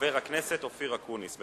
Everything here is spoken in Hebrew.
חבר הכנסת אופיר אקוניס.